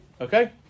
okay